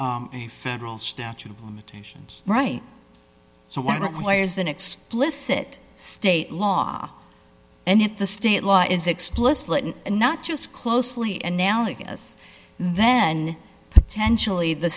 a federal statute of limitations right so why don't why is an explicit state law and if the state law is explicit and not just closely and now legace then potentially the